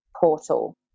portal